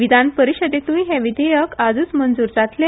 विधान परिशदेतूय हे विधेयक आजुच मंजुर जातले